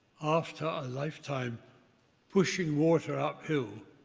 after a lifetime pushing water uphill,